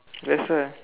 that's why